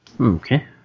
Okay